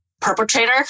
perpetrator